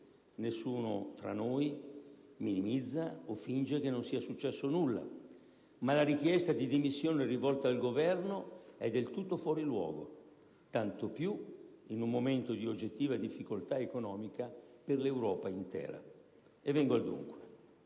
nessuno tra noi minimizza o finge che non sia successo nulla, ma la richiesta di dimissioni rivolta al Governo è del tutto fuori luogo, tanto più in un momento di oggettiva difficoltà economica per l'Europa intera. Vengo al dunque.